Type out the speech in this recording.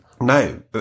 no